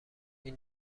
این